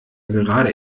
gerade